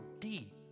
deep